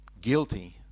guilty